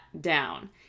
down